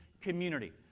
community